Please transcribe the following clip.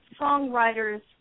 songwriters